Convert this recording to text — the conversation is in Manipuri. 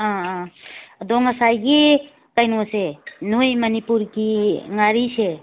ꯑꯥ ꯑꯥ ꯑꯗꯣ ꯉꯁꯥꯏꯒꯤ ꯀꯩꯅꯣꯁꯦ ꯅꯣꯏ ꯃꯅꯤꯄꯨꯔꯒꯤ ꯉꯥꯔꯤꯁꯦ